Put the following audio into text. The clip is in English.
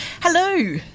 Hello